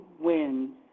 Wins